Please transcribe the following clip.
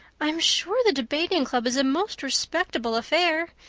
i'm sure the debating club is a most respectable affair,